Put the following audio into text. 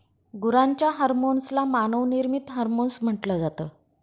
गुरांच्या हर्मोन्स ला मानव निर्मित हार्मोन्स म्हटल जात